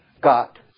got